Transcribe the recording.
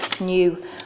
new